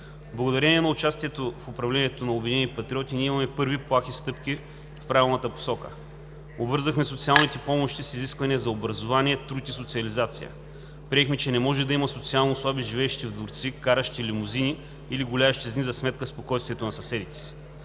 Благодарение на участието в управлението на „Обединени патриоти“ ние имаме първи плахи стъпки в правилната посока. Обвързахме социалните помощи с изискване за образование, труд и социализация. Приехме, че не може да има социално слаби, живеещи в дворци, каращи лимузини или гуляещи с дни за сметка на спокойствието на съседите си.